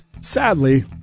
Sadly